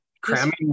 cramming